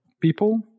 people